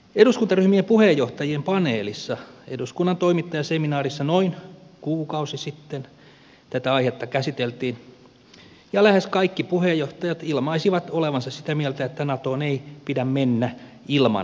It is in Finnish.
eduskuntaryhmien puheenjohtajien paneelissa eduskunnan toimittajaseminaarissa noin kuukausi sitten tätä aihetta käsiteltiin ja lähes kaikki puheenjohtajat ilmaisivat olevansa sitä mieltä että natoon ei pidä mennä ilman kansanäänestystä